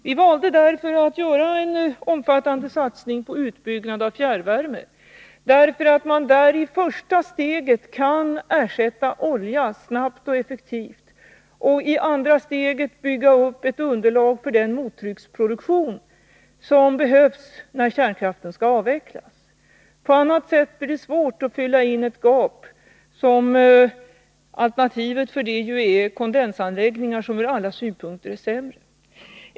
Vi valde därför att göra en omfattande satsning på utbyggnad av fjärrvärme, eftersom man där i första steget kan ersätta olja snabbt och effektivt och i andra steget kan bygga upp ett underlag för den mottrycksproduktion som behövs när kärnkraften skall avvecklas. På annat sätt blir det svårt att fylla i det gap där alternativet är kondensanläggningar, som ur alla synpunkter är sämre.